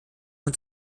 und